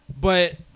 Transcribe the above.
but-